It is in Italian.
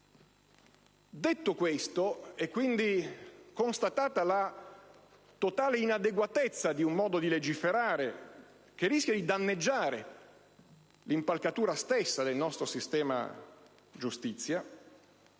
Detto questo e, quindi, constatata la totale inadeguatezza di un modo di legiferare che rischia di danneggiare l'impalcatura stessa del nostro sistema giustizia,